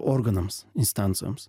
organams instancijoms